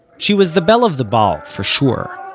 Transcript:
she was the belle of the ball, for sure,